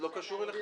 זה לא קשור אליכם.